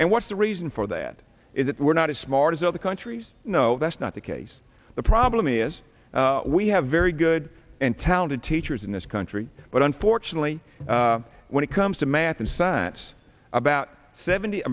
and what's the reason for that is that we're not as smart as other countries no that's not the case the problem is we have very good and talented teachers in this country but unfortunately when it comes to math and science about seventy